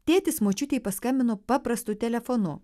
tėtis močiutei paskambino paprastu telefonu